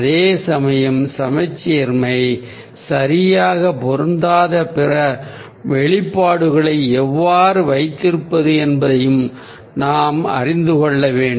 அதே சமயம் சமச்சீர்மை சரியாக பொருந்தாத பிற வெளிப்பாடுகளை எவ்வாறு வைத்திருப்பது என்பதையும் நாம் அறிந்து கொள்ள வேண்டும்